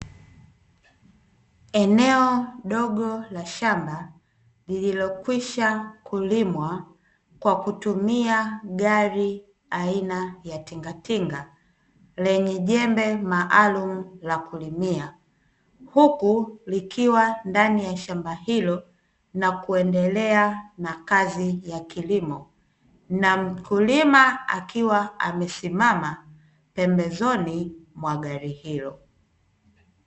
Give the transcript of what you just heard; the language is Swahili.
Eneo dogo la shamba lililokwisha kulimwa kwa kutumia gari aina ya tingatinga yenye jembe maalumu la kulimia, huku likiwa ndani ya shamba hilo na kuendelea na kazi ya kilimo na mkulima, akiwa amesimama pembezoni mwa gari hilo.